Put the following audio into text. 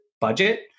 budget